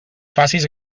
facis